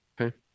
Okay